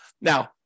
Now